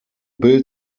built